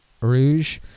Rouge